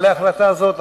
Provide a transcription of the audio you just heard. אלמלא ההחלטה הזאת,